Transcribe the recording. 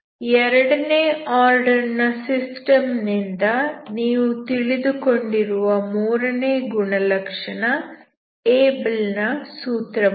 ಎರಡನೇ ಆರ್ಡರ್ ನ ಸಿಸ್ಟಮ್ ನಿಂದ ನೀವು ತಿಳಿದುಕೊಂಡಿರುವ ಮೂರನೇ ಗುಣಲಕ್ಷಣ ಏಬಲ್ ನ ಸೂತ್ರವಾಗಿದೆ